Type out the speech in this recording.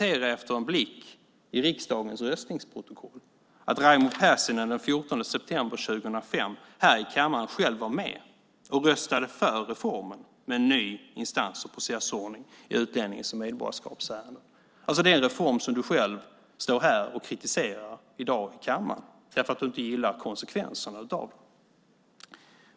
Efter en blick i riksdagens röstningsprotokoll kan jag konstatera att du, Raimo Pärssinen, den 14 september 2005 själv var med i denna kammare och röstade för reformen med en ny instans och processordning i utlännings och medborgarskapsärenden - alltså den reform som du själv i dag här i kammaren kritiserar därför att du inte gillar konsekvenserna av den.